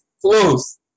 close